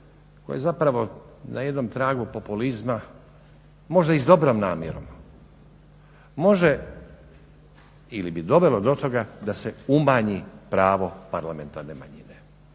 je zapravo na jednom tragu populizma, možda i s dobrom namjerom, može ili bi dovelo do toga da se umanji pravo parlamentarne manjine